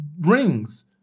Rings